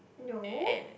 no